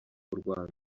rwanda